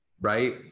Right